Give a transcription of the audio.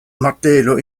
martelo